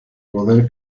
poder